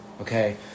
Okay